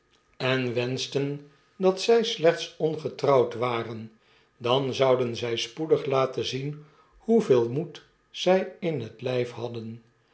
en wenschten dat zy slechts ongetrouwd waren dan zouden zjj spoedig laten zien hoeveel moed zy in het lyf hadden